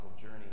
journey